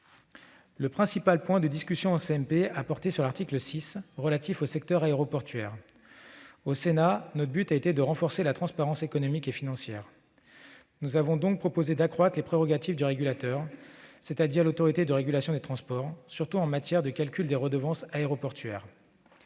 Le principal point de discussion en CMP a porté sur l'article 6, relatif au secteur aéroportuaire. Au Sénat, notre but a été de renforcer la transparence économique et financière. Nous avons donc proposé d'accroître les prérogatives du régulateur, c'est-à-dire de l'Autorité de régulation des transports, surtout en matière de calcul des redevances aéroportuaires.